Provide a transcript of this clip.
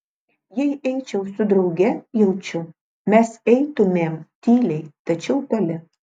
jei eičiau su drauge jaučiu mes eitumėm tyliai tačiau toli